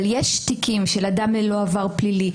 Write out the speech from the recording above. אבל יש תיקים של אדם ללא עבר פלילי,